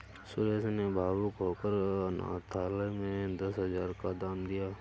सुरेश ने भावुक होकर अनाथालय में दस हजार का दान दिया